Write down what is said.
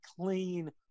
clean